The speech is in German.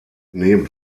neben